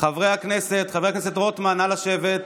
חבר הכנסת רוטמן, נא לשבת.